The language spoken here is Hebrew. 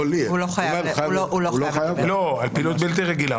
הוא לא חייב לדווח.